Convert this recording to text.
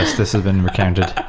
this. this has been recounted. i